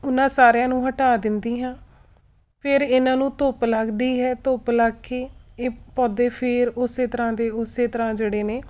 ਉਹਨਾਂ ਸਾਰਿਆਂ ਨੂੰ ਹਟਾ ਦਿੰਦੀ ਹਾਂ ਫਿਰ ਇਹਨਾਂ ਨੂੰ ਧੁੱਪ ਲੱਗਦੀ ਹੈ ਧੁੱਪ ਲੱਗ ਕੇ ਇਹ ਪੌਦੇ ਫੇਰ ਉਸੇ ਤਰ੍ਹਾਂ ਦੇ ਉਸੇ ਤਰ੍ਹਾਂ ਜਿਹੜੇ ਨੇ